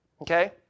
Okay